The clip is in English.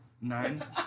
Nine